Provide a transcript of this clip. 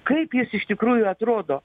kaip jis iš tikrųjų atrodo